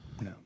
No